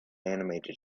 animated